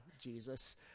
Jesus